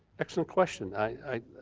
excellent question, i